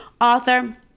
author